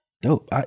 dope